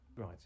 Right